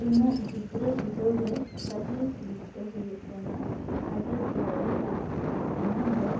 ᱤᱧᱟᱹᱜ ᱜᱤᱫᱽᱨᱟᱹ ᱵᱤᱫᱟᱹᱞ ᱨᱮ ᱯᱟᱹᱦᱤᱞ ᱴᱨᱤᱯ ᱫᱚ ᱦᱩᱭᱩᱜ ᱠᱟᱱᱟ ᱦᱟᱡᱟᱨ ᱫᱩᱣᱟᱨᱤ ᱫᱟᱬᱟᱱ ᱱᱚᱣᱟ ᱫᱚ